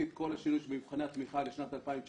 את כל השינוי של מבחני התמיכה לשנת 2019,